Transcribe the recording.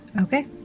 Okay